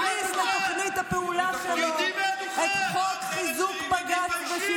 הכניס לתוכנית הפעולה שלו את חיזוק בג"ץ ושלטון החוק.